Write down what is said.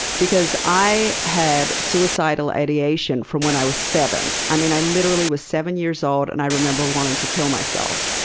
because i had suicidal ideation from when i was seven. i mean i literally was seven years old, and i remember wanting to kill myself.